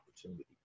opportunity